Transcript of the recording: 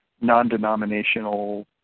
non-denominational